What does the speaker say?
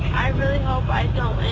i really hope i don't